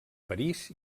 parís